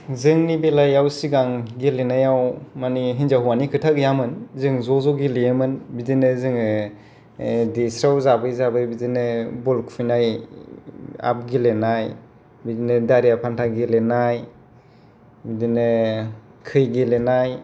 जोंनि बेलायाव सिगां गेलेनायाव मानि हिन्जाव हौवानि खोथा गैयामोन जों ज'ज' गेलेयोमोन बिदिनो जोंङो देस्राव जाबै जाबै बिदिनो बल खुबैनाय आब गेलेनाय बिदिनो दारिया फान्था गेलेनाय बिदिनो खै गेलेनाय